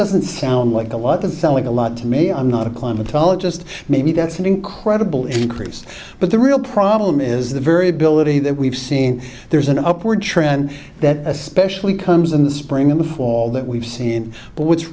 doesn't sound like a lot of selling a lot to me i'm not a climatologist maybe that's an incredible increase but the real problem is the variability that we've seen there's an upward trend that especially comes in the spring in the fall that we've seen but what's